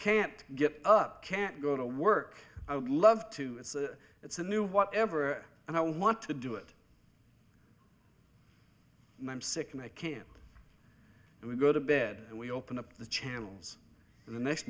can't get up can't go to work i would love to it's a it's a new whatever and i want to do it and i'm sick and i can't we go to bed and we open up the channels and the next